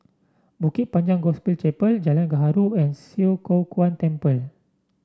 Bukit Panjang Gospel Chapel Jalan Gaharu and Swee Kow Kuan Temple